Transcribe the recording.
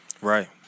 Right